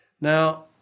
Now